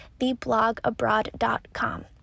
theblogabroad.com